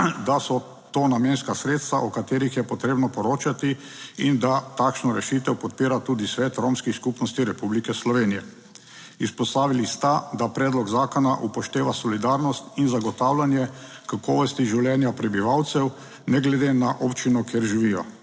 da so to namenska sredstva o katerih je potrebno poročati in da takšno rešitev podpira tudi Svet romskih skupnosti Republike Slovenije. Izpostavili sta, da predlog zakona upošteva solidarnost in zagotavljanje kakovosti življenja prebivalcev ne glede na občino, kjer živijo.